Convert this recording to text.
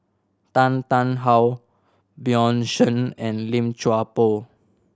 Tan Tarn How Bjorn Shen and Lim Chuan Poh